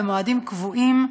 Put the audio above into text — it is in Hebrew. במועדים קבועים,